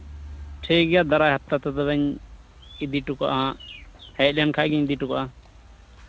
ᱴᱷᱤᱠ ᱜᱮᱭᱟ ᱫᱟᱨᱟᱭ ᱦᱟᱯᱛᱟ ᱛᱮᱫᱚ ᱞᱤᱧ ᱤᱫᱤ ᱦᱚᱴᱚ ᱠᱟᱜ ᱱᱟᱦᱟᱜ ᱦᱮᱡ ᱞᱮᱱ ᱠᱷᱟᱱ ᱜᱤᱧ ᱤᱫᱤ ᱦᱚᱴᱚ ᱠᱟᱜᱼᱟ